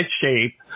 shape